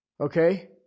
Okay